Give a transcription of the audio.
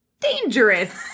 dangerous